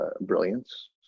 brilliance